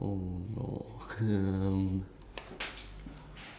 strangest thing that I've seen or experienced